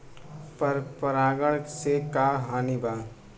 पर परागण से का हानि बा?